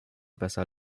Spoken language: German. besser